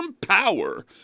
Power